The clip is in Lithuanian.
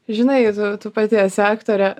žinai tu pati esi aktorė